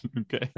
Okay